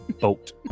Boat